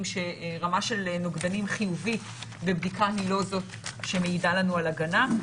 שרמה של נוגדנים חיובית בבדיקה היא לא זאת שמעידה לנו על הגנה.